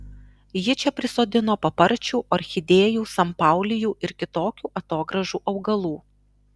ji čia prisodino paparčių orchidėjų sanpaulijų ir kitokių atogrąžų augalų